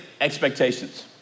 expectations